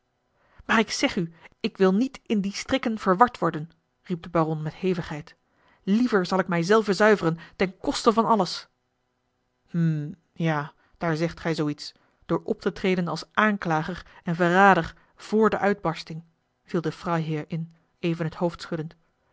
maar ik zeg u ik wil niet in die strikken verward worden riep de baron met hevigheid liever zal ik mij zelven zuiveren ten koste van alles hm ja daar zegt gij zoo iets door op te treden als aanklager en verrader vr de uitbarsting viel de freiherr in even het hoofd schuddend